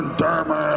damage,